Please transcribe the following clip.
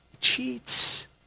cheats